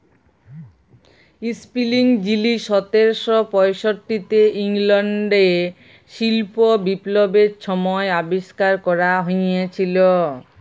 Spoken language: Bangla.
ইস্পিলিং যিলি সতের শ পয়ষট্টিতে ইংল্যাল্ডে শিল্প বিপ্লবের ছময় আবিষ্কার ক্যরা হঁইয়েছিল